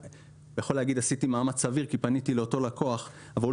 יכול להגיד שהוא עשה מאמץ סביר כי הוא פנה לאותו לקוח אבל הוא